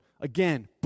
Again